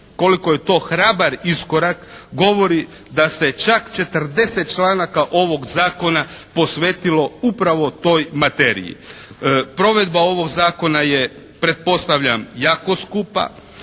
koliko je to hrabar iskorak govori da se čak 40 članaka ovog Zakona posvetilo upravo toj materiji. Provedba ovog Zakona je pretpostavljam jako skupa.